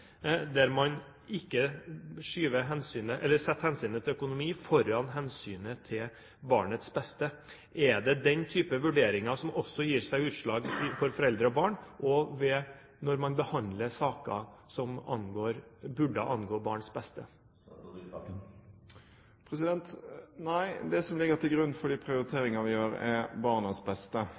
der man setter hensynet til økonomi foran hensynet til barnets beste. Er det den type vurderinger som også gir seg utslag overfor foreldre og barn når man behandler saker som burde angå barns beste? Nei, det som ligger til grunn for de prioriteringer vi gjør, er barnas beste.